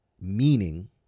meaning